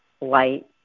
light